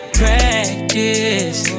practice